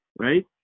right